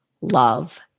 love